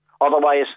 Otherwise